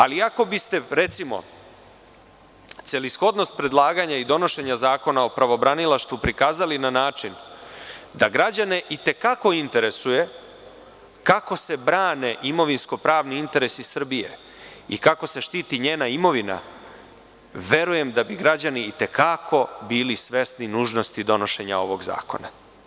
Ali, ako biste, recimo, celishodnost predlaganja i donošenja Zakona o pravobranilaštvu prikazali na način da građane i te kako interesuje kako se brane imovinsko-pravni interesi Srbije i kako se štiti njena imovina, verujem da bi građani i te kako bili svesni nužnosti donošenja ovog zakona.